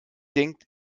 denkt